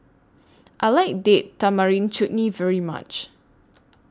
I like Date Tamarind Chutney very much